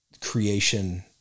creation